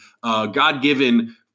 God-given